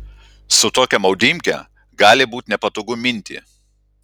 su tokia maudymke gali būt nepatogu minti